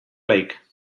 like